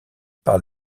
par